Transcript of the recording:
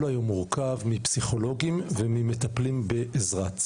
מורכב היום מפסיכולוגים וממטפלים בעזרת,